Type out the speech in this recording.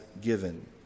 given